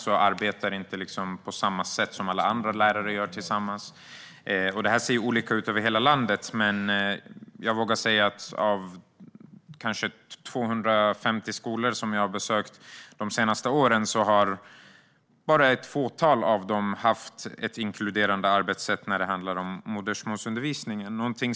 De arbetar alltså inte på samma sätt som alla andra lärare gör tillsammans. Det här ser olika ut över hela landet, men jag vågar säga att av kanske 250 skolor som jag har besökt de senaste åren har bara ett fåtal haft ett inkluderande arbetssätt i modersmålsundervisningen.